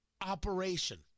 operation